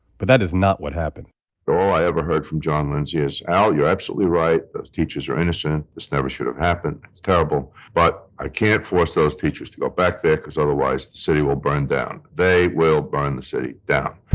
but that is not what happened all i ever heard from john lindsay is, al, you're absolutely right. those teachers are innocent. this never should've happened. it's terrible. but i can't force those teachers to go back there because otherwise, the city will burn down. they will burn the city down.